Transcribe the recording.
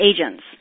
agents